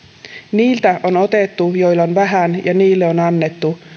niiltä on otettu joilla on vähän ja niille on annettu